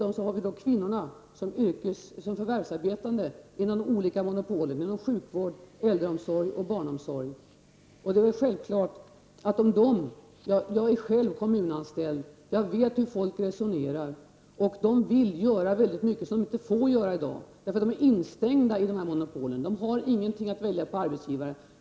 Många kvinnor förvärvsarbetar inom de olika monopolen inom sjukvård, äldreomsorg och barnomsorg. Jag är själv kommunanställd, och jag vet hur folk resonerar. De vill göra väldigt mycket som de inte får göra i dag. De är instängda i monopolen. De kan inte välja arbetsgivare.